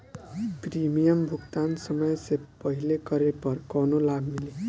Premium भुगतान समय से पहिले करे पर कौनो लाभ मिली?